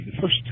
first